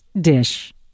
dish